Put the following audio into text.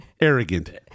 arrogant